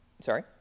sorry